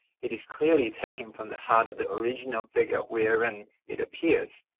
it is clearly taken from the heart of the original figure wherein it appears.